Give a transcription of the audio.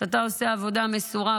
על כך שאתה עושה עבודה מסורה,